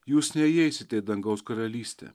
jūs neįeisite į dangaus karalystę